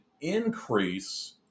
increase